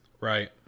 Right